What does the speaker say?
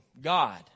God